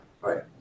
right